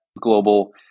global